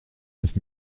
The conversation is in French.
neuf